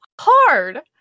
Hard